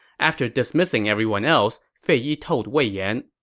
after dismissing everyone else, fei yi told wei yan,